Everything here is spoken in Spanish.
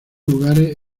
lugares